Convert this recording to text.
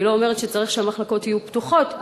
אני לא אומרת שצריך שהמחלקות יהיו פתוחות,